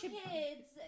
kids